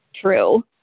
true